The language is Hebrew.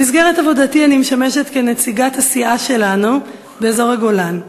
במסגרת עבודתי אני משמשת כנציגת הסיעה שלנו באזור הגולן.